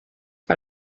how